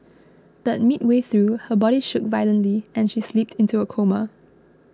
but midway through her body shook violently and she slipped into a coma